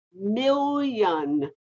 million